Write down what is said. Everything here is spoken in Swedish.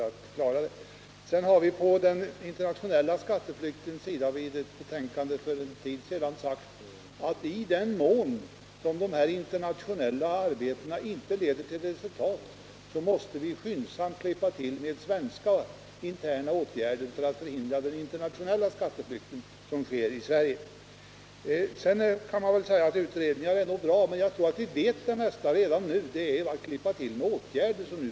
När det gäller den internationella skatteflykten sade vi i ett betänkande för en tid sedan, att i den mån det internationella arbetet inte leder till något resultat måste vi skyndsamt klippa till med svenska interna åtgärder för att förhindra den internationella skatteflykt som sker från Sverige. Man kan nog säga att utredningar är bra, men jag tror att vi vet det mesta redan nu — vad man behöver göra är att klippa till med åtgärder.